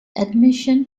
admission